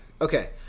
Okay